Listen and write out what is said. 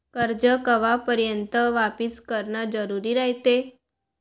कर्ज कवापर्यंत वापिस करन जरुरी रायते?